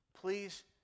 Please